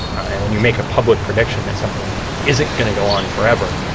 and when you make a public prediction that something isn't going to go on forever,